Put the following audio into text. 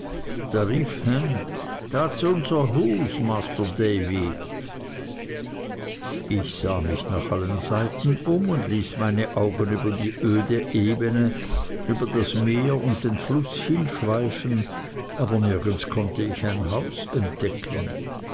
unser hus masr davy ich sah mich nach allen seiten um und ließ meine augen über die öde ebene über das meer und den fluß hinschweifen aber nirgends konnte ich ein haus entdecken